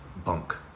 bunk